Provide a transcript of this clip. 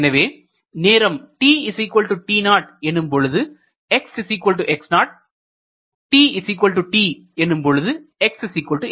எனவே நேரம் tt0 எனும்பொழுது xx0 tt எனும்பொழுது xx